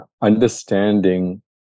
understanding